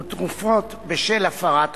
ותרופות בשל הפרת חוזה.